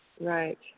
Right